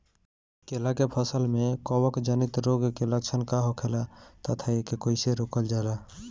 केला के फसल में कवक जनित रोग के लक्षण का होखेला तथा एके कइसे रोकल जाला?